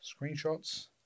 screenshots